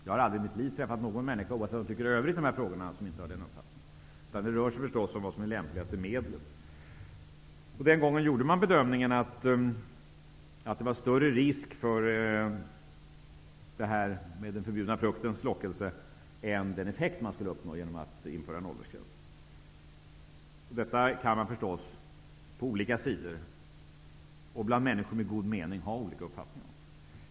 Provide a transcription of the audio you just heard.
Jag har aldrig i mitt liv träffat någon människa som -- oavsett vad hon tycker för övrigt i denna fråga -- inte haft den uppfattningen. Men det rör sig om vad som är det lämpligaste medlet. Den gången gjorde man bedömningen att det var större risk med den förbjudna fruktens lockelse än den effekt man skulle uppnå genom att införa en åldersgräns. Detta kan man förstås på olika sidor och som människor med god mening ha olika uppfatttningar om.